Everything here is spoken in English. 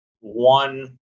one